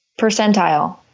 percentile